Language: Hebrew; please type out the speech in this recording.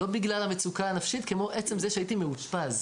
לא בגלל המצוקה הנפשית כמו עצם זה ש"הייתי מאושפז";